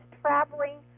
traveling